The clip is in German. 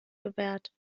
gewährt